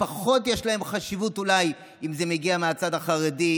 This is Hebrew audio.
שיש בהם אולי פחות חשיבות אם זה מגיע מהצד החרדי,